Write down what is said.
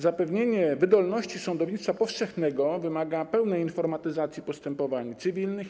Zapewnienie wydolności sądownictwa powszechnego wymaga pełnej informatyzacji postępowań cywilnych.